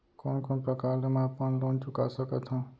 कोन कोन प्रकार ले मैं अपन लोन चुका सकत हँव?